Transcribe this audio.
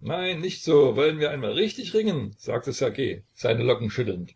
nein nicht so wollen wir einmal richtig ringen sagte ssergej seine locken schüttelnd